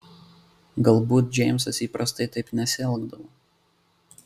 galbūt džeimsas įprastai taip nesielgdavo